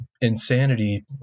Insanity